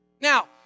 Now